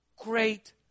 great